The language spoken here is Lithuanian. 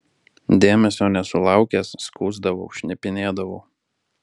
dėmesio nesulaukęs skųsdavau šnipinėdavau